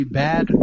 bad